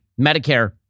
Medicare